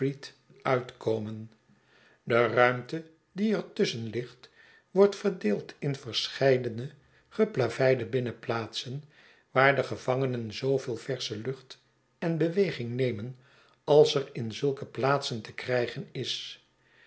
uitkomen de ruimte die er tusschen ligt wordt verdeeld in verscheiden geplaveide binnenplaatsen waar de gevangenen zooveel versche lucht en beweging nemen als er in zulke plaatsen te krijgen is